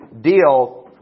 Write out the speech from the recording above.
deal